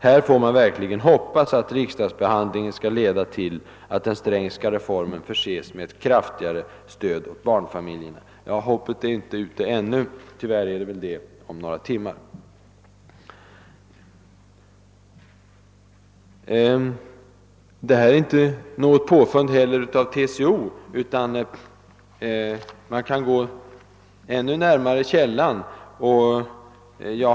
Här får man verkligen hoppas att riksdagsbehandlingen skall leda till att den Strängska reformen förses med kraftigare stöd åt barnfamiljerna». Ja, hoppet är inte ute ännu. Tyvärr är det väl det om några timmar. Det här är inte heller något påfund av TCO.